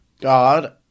God